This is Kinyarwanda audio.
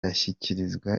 ashyikirizwa